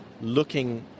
looking